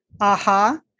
aha